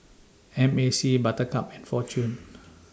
M A C Buttercup and Fortune